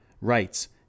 rights